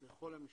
לכל המשפחה.